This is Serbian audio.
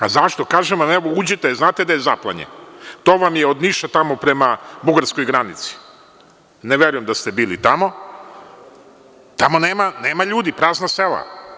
Zašto, kažem vam, znate gde je Zaplanje, to vam je od Niša prema bugarskoj granici, ne verujem da ste bili tamo, tamo nema ljudi, prazna sela.